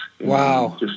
Wow